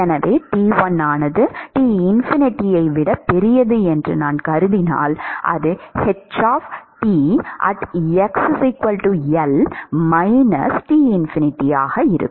எனவே T1 ஆனது T∞ ஐ விட பெரியது என்று நான் கருதினால் அது ஆக இருக்கும்